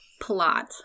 plot